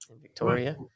Victoria